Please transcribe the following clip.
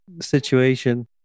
situation